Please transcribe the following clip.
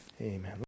Amen